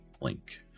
link